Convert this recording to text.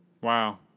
Wow